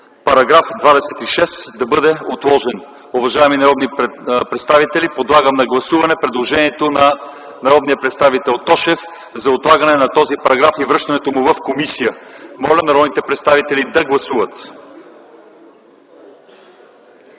на § 26 да бъде отложено. Уважаеми народни представители, подлагам на гласуване предложението на народния представител Тошев за отлагане на този параграф и връщането му в комисията. Моля народните представители да гласуват.